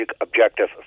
objective